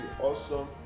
awesome